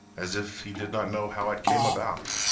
as if he did not know how it came about.